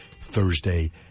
Thursday